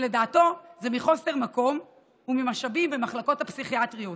שלדעתו זה מחוסר מקום ומשאבים במחלקות הפסיכיאטריות.